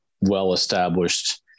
well-established